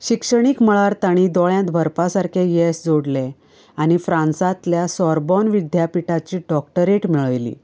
शिक्षणीक मळार तांणी दोळ्यांत भरपा सारकें येस जोडलें आनी फ्रांसातल्या सोर्बोन विद्द्यापिठाची डॉक्टरेट मेळयली